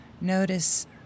notice